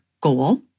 goal